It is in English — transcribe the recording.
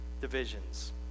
divisions